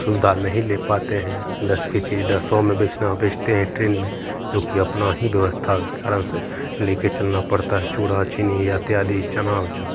सुविधा नहीं ले पाते है दस के चीज सौ में बेचते हैं ट्रेन में लोग का अपना ही व्यवस्था इस कारण से लेके चलना पड़ता है चूरा चीनी इत्यादि चना